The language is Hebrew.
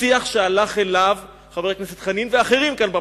השיח שהלכו אליו חבר הכנסת חנין ואחרים כאן במקום,